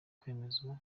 kwemezwa